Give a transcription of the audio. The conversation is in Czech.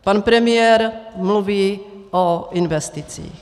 Pan premiér mluví o investicích.